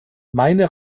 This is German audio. meine